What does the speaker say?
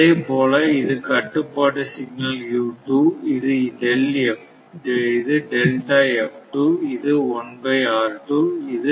அதே போல இது கட்டுப்பாட்டு சிக்னல் இது இது இது